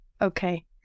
Okay